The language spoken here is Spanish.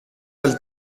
del